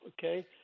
okay